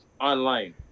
online